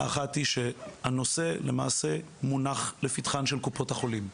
האחת היא שהנושא למעשה מונח לפתחן של קופות החולים,